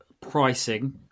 pricing